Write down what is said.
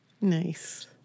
Nice